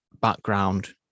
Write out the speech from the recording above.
background